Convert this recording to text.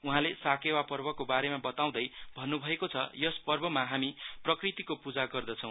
उहाँले साकेवा पर्वकोबारेमा बताउँदे भन्नुभएको छ यस पर्वमा हामी प्रकृतिको पूजा गर्दछौ